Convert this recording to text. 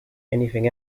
anything